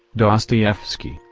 dostoyevsky,